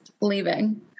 leaving